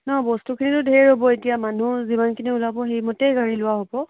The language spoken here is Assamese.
নহয় বস্তুখিনিতো ধেৰ হ'ব এতিয়া মানুহ যিমানখিনি ওলাব সেইমতেই গাড়ী লোৱা হ'ব